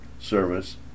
service